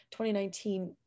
2019